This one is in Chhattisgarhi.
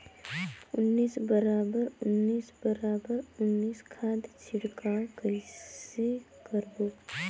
उन्नीस बराबर उन्नीस बराबर उन्नीस खाद छिड़काव कइसे करबो?